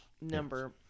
Number